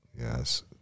Yes